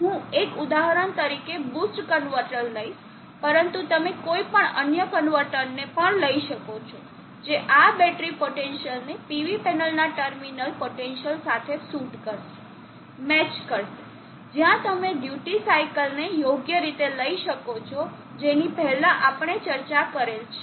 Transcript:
હું એક ઉદાહરણ તરીકે બૂસ્ટ કન્વર્ટર લઈશ પરંતુ તમે કોઈપણ અન્ય કન્વર્ટરને પણ લઈ શકો છો જે આ બેટરી પોટેન્સીઅલને PV પેનલના ટર્મિનલ પોટેન્સીઅલ સાથે સુટ કરશે મેચ કરશે જ્યાં તમે ડ્યુટી સાઇકલને યોગ્ય રીતે લઈ શકો છો જેની પહેલા આપણે ચર્ચા કરેલ છે